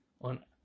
on